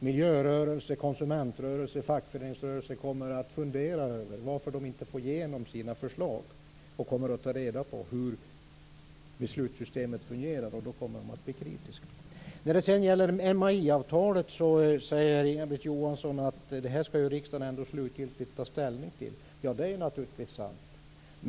Miljörörelsen, konsumentrörelsen och fackföreningsrörelsen kommer att fundera över varför de inte får igenom sina förslag. De kommer att ta reda på hur beslutssystemet fungerar, och då kommer de att bli kritiska. När det gäller MAI-avtalet säger Inga-Britt Johansson att det skall riksdagen ändå slutgiltigt ta ställning till. Det är naturligtvis sant.